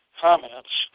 comments